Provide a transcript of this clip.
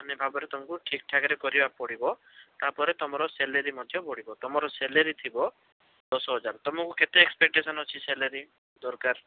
ଭାବରେ ତମକୁ ଠିକ୍ଠାକ୍ରେ କରିବାକୁ ପଡ଼ିବ ତାପରେ ତମର ସାଲାରୀ ମଧ୍ୟ ବଢ଼ିବ ତମର ସାଲାରୀ ଥିବ ଦଶ ହଜାର ତମକୁ କେତେ ଏକ୍ସପେଟେସନ୍ ଅଛି ସାଲାରୀ ଦରକାର